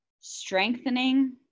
strengthening